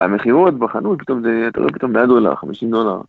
המכירות בחנות פתאום זה, אתה רואה פתאום 100 דולר, 50 דולר